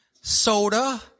soda